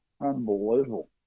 Unbelievable